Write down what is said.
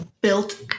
built